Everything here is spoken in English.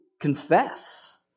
confess